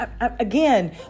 again